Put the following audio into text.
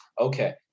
Okay